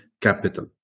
Capital